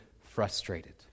frustrated